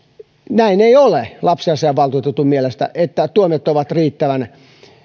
näin ei ole lapsiasiainvaltuutetun mielestä että tuomiot ovat riittävän